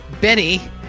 Benny